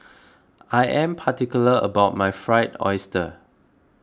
I am particular about my Fried Oyster